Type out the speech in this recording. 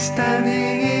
Standing